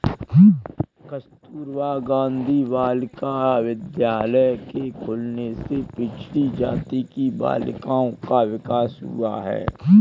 कस्तूरबा गाँधी बालिका विद्यालय के खुलने से पिछड़ी जाति की बालिकाओं का विकास हुआ है